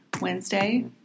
Wednesday